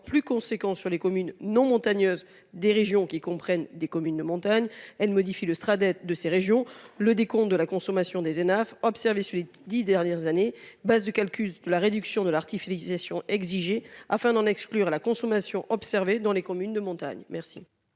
plus conséquents sur les communes non montagneuses, des régions qui comprennent des communes de montagne elle modifie le sera d'être de ces régions. Le décompte de la consommation des Hénaff observés sur les 10 dernières années. Base de calcul de la réduction de l'artificialisation. Afin d'en exclure la consommation observée dans les communes de montagne.